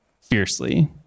fiercely